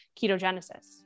ketogenesis